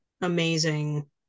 amazing